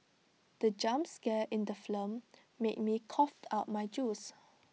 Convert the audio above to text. the jump scare in the film made me cough out my juice